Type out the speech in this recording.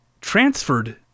transferred